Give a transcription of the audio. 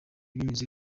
binyuze